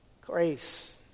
Grace